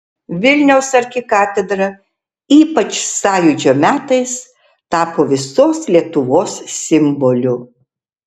vilniaus arkikatedra ypač sąjūdžio metais tapo visos lietuvos simboliu